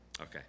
Okay